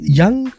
young